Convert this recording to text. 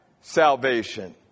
salvation